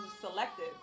selective